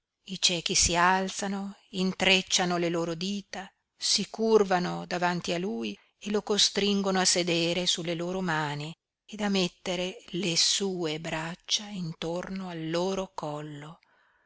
i ciechi si alzano intrecciano le loro dita si curvano davanti a lui e lo costringono a sedere sulle loro mani ed a mettere le sue braccia intorno al loro collo